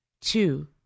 two